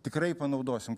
tikrai panaudosim